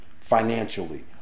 financially